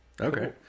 Okay